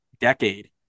decade